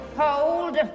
Hold